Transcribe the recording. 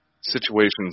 situations